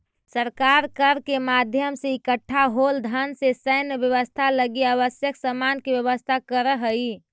सरकार कर के माध्यम से इकट्ठा होल धन से सैन्य व्यवस्था लगी आवश्यक सामान के व्यवस्था करऽ हई